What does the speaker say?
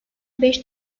beş